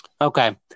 okay